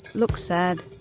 look sad,